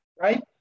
right